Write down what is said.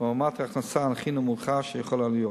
וברמת ההכנסה הכי נמוכה שיכולה להיות,